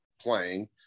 playing